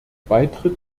beitritt